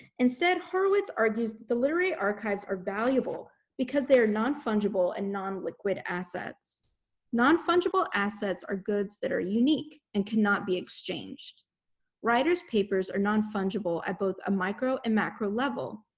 instead, horowitz argues the literary archives are valuable because they are non-fungible and non-liquid assets. non-fungible assets are goods that are unique and cannot be exchanged writer's papers are non-fungible at both a micro and macro level.